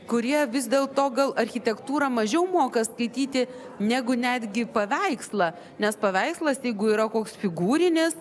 kurie vis dėl to gal architektūrą mažiau moka skaityti negu netgi paveikslą nes paveikslas jeigu yra koks figūrinis